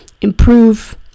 improve